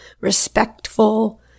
respectful